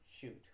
Shoot